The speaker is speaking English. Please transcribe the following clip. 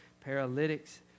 paralytics